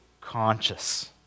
conscious